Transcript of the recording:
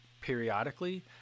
periodically